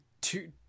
Two